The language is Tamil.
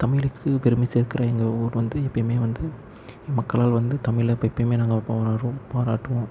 தமிழுக்குப் பெருமைச் சேர்க்குற எங்கள் ஊர் வந்து எப்பொயுமே வந்து மக்களால் வந்து தமிழை எப்போமே நாங்கள் பாராட்டுவோம்